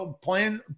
playing